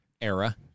era